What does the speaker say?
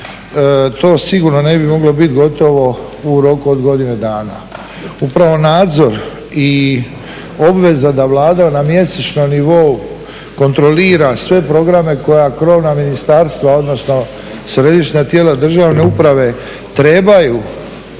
to sigurno ne bi moglo biti gotovo u roku od godine dana. Upravo nadzor i obveza da Vlada na mjesečnom nivou kontrolira sve programe koja krovna ministarstva, odnosno središnja tijela državne uprave trebaju